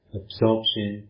absorption